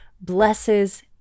blesses